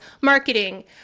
marketing